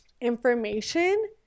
information